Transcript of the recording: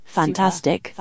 fantastic